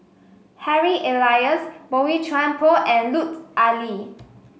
Harry Elias Boey Chuan Poh and Lut Ali